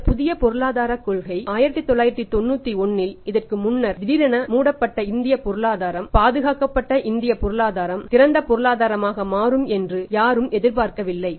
இந்த புதிய பொருளாதார கொள்கை 1991இல் இதற்கு முன்னர் திடீரென மூடப்பட்ட இந்திய பொருளாதாரம் பாதுகாக்கப்பட்ட இந்திய பொருளாதாரம் திறந்த பொருளாதாரமாக மாறும் என்று யாரும் எதிர்பார்க்கவில்லை